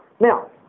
Now